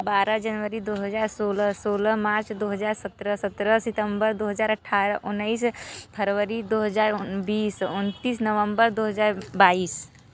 बारह जनवरी दो हज़ार सोलह सोलह मार्च दो हज़ार सत्रह सत्रह सितम्बर दो हज़ार अठारह उन्नीस फरवरी दो हज़ार बीस उनतीस नवम्बर दो हज़ार बाईस